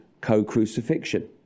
co-crucifixion